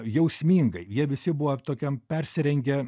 jausmingai jie visi buvo tokiam persirengę